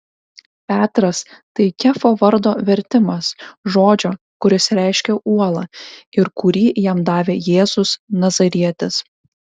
petras tai kefo vardo vertimas žodžio kuris reiškia uolą ir kurį jam davė jėzus nazarietis